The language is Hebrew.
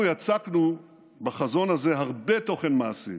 אנחנו יצקנו בחזון הזה הרבה תוכן מעשי,